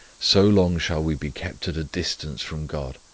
so long shall we be kept at a distance from god,